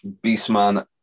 Beastman